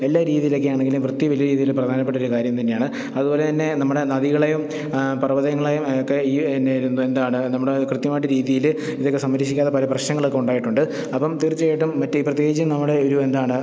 എല്ലാ രീതിയിലൊക്കെയാണെങ്കിലും വൃത്തി വലിയ രീതിയിൽ പ്രധാനപ്പെട്ട ഒരു കാര്യം തന്നെയാണ് അതുപോലെതന്നെ നമ്മുടെ നദികളെയും പർവ്വതങ്ങളെയും ഒക്കെ ഈ അന്നേരം എന്താണ് നമ്മുടെ കൃത്യമായിട്ട് രീതിയിൽ ഇതൊക്കെ സംരഷിക്കാതെ പല പ്രശ്നങ്ങളൊക്കെ ഉണ്ടായിട്ടുണ്ട് അപ്പം തീർച്ചയായിട്ടും മറ്റു ഈ പ്രത്യേകിച്ചും നമ്മുടെ ഒരു എന്താണ്